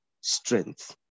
strength